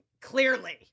Clearly